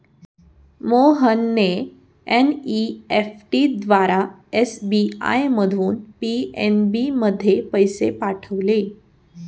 मोहनने एन.ई.एफ.टी द्वारा एस.बी.आय मधून पी.एन.बी मध्ये पैसे पाठवले